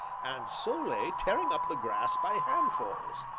and so lay, tearing up the grass by handfuls.